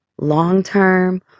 long-term